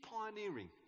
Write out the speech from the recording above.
pioneering